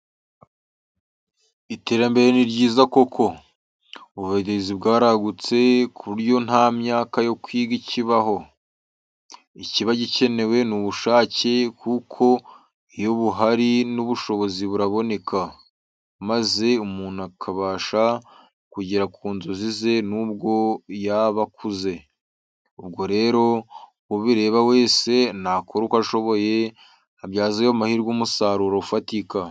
Iterambere ni ryiza koko! Uburezi bwaragutse ku buryo nta myaka yo kwiga ikibaho, ikiba gikenewe ni ubushake kuko iyo buhari n'ubushobozi buraboneka, maze umuntu akabasha kugera ku nzozi ze nubwo yaba akuze. Ubwo rero uwo bireba wese nakore uko ashoboye abyaze ayo mahirwe umusaruro ufatika.